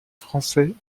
français